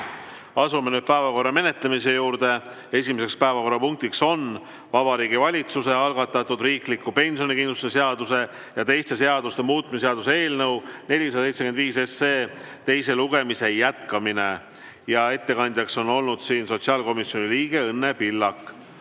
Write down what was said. Asume nüüd päevakorra menetlemise juurde. Esimene päevakorrapunkt on Vabariigi Valitsuse algatatud riikliku pensionikindlustuse seaduse ja teiste seaduste muutmise seaduse eelnõu 475 teise lugemise jätkamine. Ettekandja on siin olnud sotsiaalkomisjoni liige Õnne Pillak.